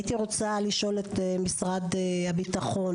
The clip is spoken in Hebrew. הייתי רוצה לשאול את משרד הבטחון.